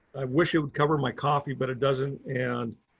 i wish it would cover my coffee, but it doesn't and